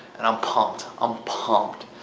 and i'm pumped. i'm pumped,